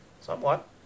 somewhat